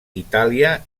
itàlia